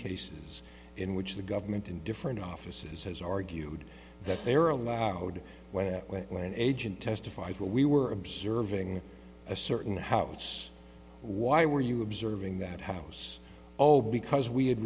cases in which the government in different offices has argued that they are allowed when when an agent testified when we were observing a certain house why were you observing that house oh because we had